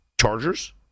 Chargers